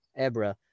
Ebra